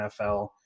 NFL